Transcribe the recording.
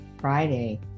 Friday